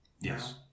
Yes